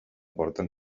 porten